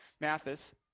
Mathis